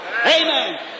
Amen